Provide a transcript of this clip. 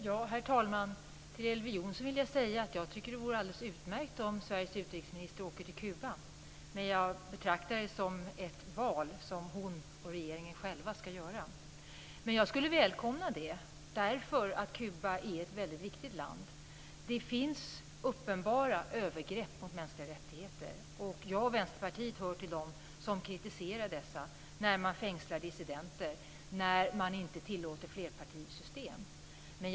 Herr talman! Till Elver Jonsson vill jag säga att jag tycker att det vore alldeles utmärkt om Sveriges utrikesminister åkte till Kuba. Jag betraktar det dock som ett val som hon och regeringen själva ska göra. Men jag skulle välkomna det, eftersom Kuba är ett väldigt viktigt land. Det finns uppenbara övergrepp mot mänskliga rättigheter, och jag och Vänsterpartiet hör till dem som kritiserar dessa - när man fängslar dissidenter, när man inte tillåter flerpartisystem osv.